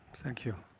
thank you.